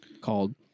called